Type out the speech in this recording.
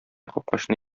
капкачны